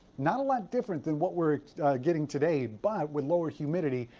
not a lot different than what we're getting today but with lower humidity,